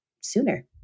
sooner